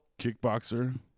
kickboxer